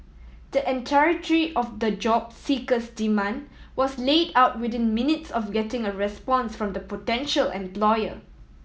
the entirety of the job seeker's demand was laid out within minutes of getting a response from the potential employer